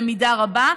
במידה רבה: